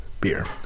beer